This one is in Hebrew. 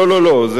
זה לא ה-OECD,